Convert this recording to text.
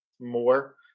more